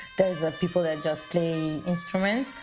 those are people that just play instruments.